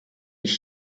ich